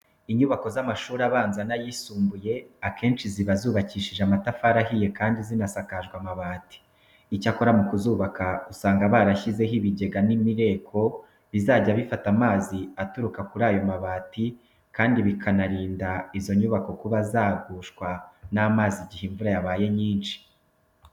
Inyubako z'amashuri abanza n'ayisumbuye akenshi ziba zubakishijwe amatafari ahiye kandi zinasakajwe amabati. Icyakora mu kuzubaka usanga barashyizeho ibigega n'imireko bizajya bifata amazi aturuka kuri ayo mabati kandi bikanarinda izo nyubako kuba zagushwa n'amazi igihe imvura yabaye nyinshi.